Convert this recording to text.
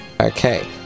Okay